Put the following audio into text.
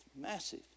massive